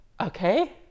okay